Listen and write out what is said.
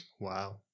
Wow